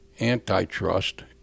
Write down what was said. antitrust